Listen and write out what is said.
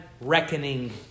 reckoning